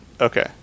Okay